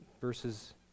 Verses